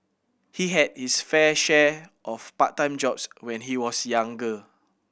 he had his fair share of part time jobs when he was younger